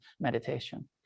meditation